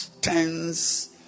tens